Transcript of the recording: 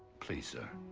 please, sir.